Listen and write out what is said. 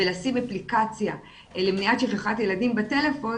ולשים אפליקציה למניעת שכחת ילדים בטלפון,